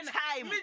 time